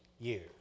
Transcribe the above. years